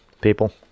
people